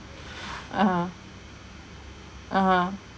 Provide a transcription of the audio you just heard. (uh huh) (uh huh)